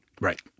Right